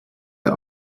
der